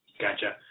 Gotcha